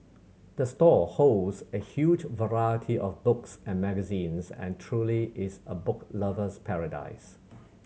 the store holds a huge variety of books and magazines and truly is a book lover's paradise